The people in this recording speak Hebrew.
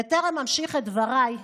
בטרם אמשיך את דבריי,